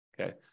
Okay